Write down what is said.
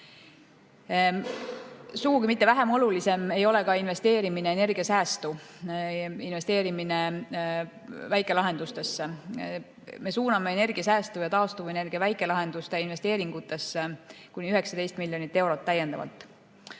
Sugugi mitte vähem oluline ei ole investeerimine energiasäästu, investeerimine väikelahendustesse. Me suuname energiasäästu ja taastuvenergia väikelahenduste investeeringutesse täiendavalt